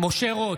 משה רוט,